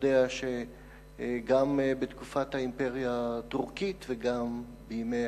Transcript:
יודע שגם בתקופת האימפריה הטורקית וגם בימי